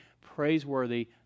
praiseworthy